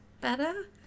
better